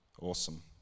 awesome